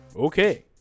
Okay